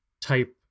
type